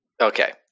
Okay